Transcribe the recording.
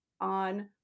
on